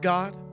God